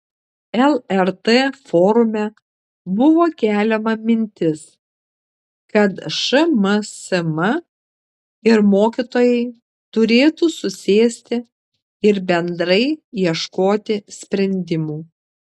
lrt forume buvo keliama mintis kad šmsm ir mokytojai turėtų susėsti ir bendrai ieškoti sprendimų